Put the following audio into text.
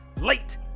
late